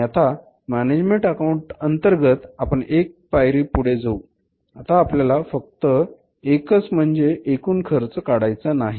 आणि आता management account अंतर्गत आपण एक एक पायरी पुढे जाऊ आता आपल्याला फक्त एकच म्हणजे एकूण खर्च काढायचा नाही